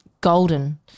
golden